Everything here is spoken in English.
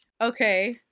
Okay